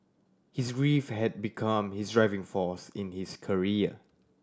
his grief had become his driving force in his career